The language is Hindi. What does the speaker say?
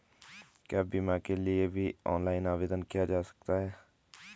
क्या बीमा के लिए भी ऑनलाइन आवेदन किया जा सकता है?